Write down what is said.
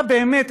אתה באמת,